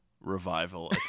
revival